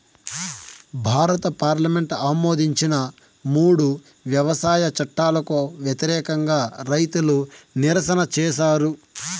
భారత పార్లమెంటు ఆమోదించిన మూడు వ్యవసాయ చట్టాలకు వ్యతిరేకంగా రైతులు నిరసన చేసారు